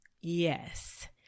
Yes